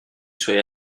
suoi